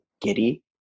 Giddy